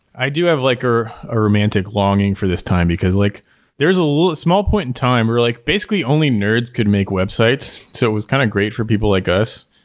i do have like a romantic longing for this time, because like there's a little small point in time where like basically only nerds could make websites. so it was kind of great for people like us.